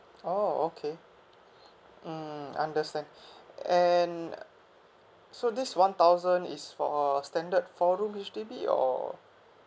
oh okay mmhmm understand and so this one thousand is for standard four room H_D_B or